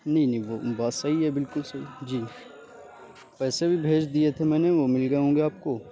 نہیں نہیں وہ بات صحیح ہے بالکل صحیح جی پیسے بھی بھیج دیے تھے میں نے وہ مل گئے ہوں گے آپ کو